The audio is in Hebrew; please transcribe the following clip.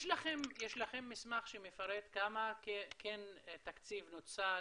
יש לכם מסמך שמפרט כמה תקציב כן נוצל?